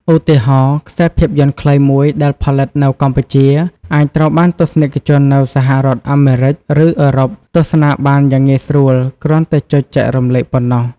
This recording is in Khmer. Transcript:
ឧទាហរណ៍ ខ្សែភាពយន្តខ្លីមួយដែលផលិតនៅកម្ពុជា អាចត្រូវបានទស្សនិកជននៅសហរដ្ឋអាមេរិក ឬអឺរ៉ុបទស្សនាបានយ៉ាងងាយស្រួល គ្រាន់តែចុចចែករំលែកប៉ុណ្ណោះ។